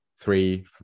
three